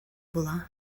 була